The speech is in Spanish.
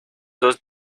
dos